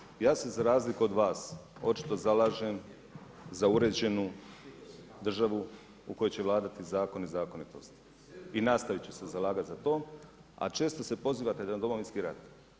Gospodine Culej, ja se za razliku od vas očito zalažem za uređenu državu u kojoj će vladati zakon i zakonitosti i nastavit ću se zalagat za to, a često se pozivate na Domovinski rat.